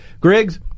Griggs